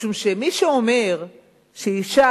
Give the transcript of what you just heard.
משום שמי שאומר שאשה,